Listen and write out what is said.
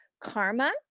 karma